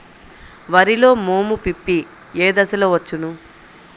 వరిలో మోము పిప్పి ఏ దశలో వచ్చును?